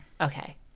Okay